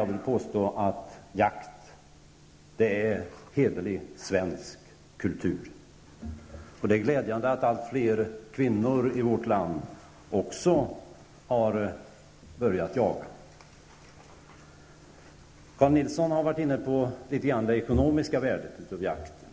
Jag vill påstå att jakt är hederlig svensk kultur. Det är glädjande att allt fler kvinnor i vårt land också har börjat jaga. Carl G Nilsson har varit inne litet grand på det ekonomiska värdet av jakten.